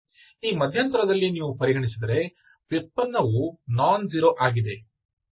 ಆದ್ದರಿಂದ ಈ ಮಧ್ಯಂತರದಲ್ಲಿ ನೀವು ಪರಿಗಣಿಸಿದರೆ ವ್ಯುತ್ಪನ್ನವು ನಾನ್ ಜೀರೋ ಆಗಿದೆ